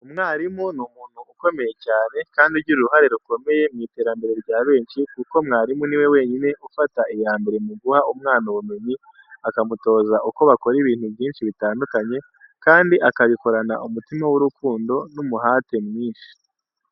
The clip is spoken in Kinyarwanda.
Umwarimu ni umuntu ukomeye cyane, kandi ugira uruhare rukomeye mu iterambere rya benshi kuko mwarimu ni we wenyine ufata iya mbere mu guha umwana ubumenyi, akamutoza uko bakora ibintu byinshi bitandukanye kandi akabikorana umutima w'urukundo n'umuhate mwinshi.